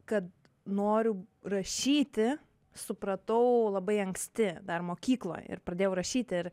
kad noriu rašyti supratau labai anksti dar mokykloj ir pradėjau rašyt ir